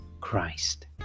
christ